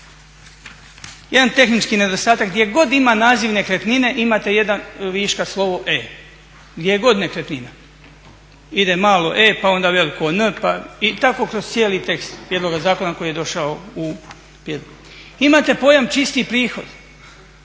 Jedan tehnički nedostatak gdje god ima naziv nekretnine imate jedan viška slovo e, gdje je god nekretnina, ide malo e pa onda veliko N i tako kroz cijeli tekst prijedloga koji je došao u … Imate pojam čisti prihod,